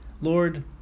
Lord